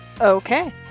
Okay